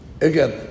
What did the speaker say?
Again